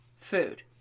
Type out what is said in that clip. food